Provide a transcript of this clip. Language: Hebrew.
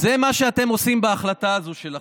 זה מה שאתם עושים בהחלטה הזו שלכם.